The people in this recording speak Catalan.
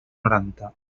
noranta